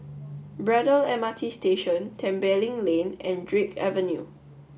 braddell M R T Station Tembeling Lane and Drake Avenue